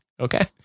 okay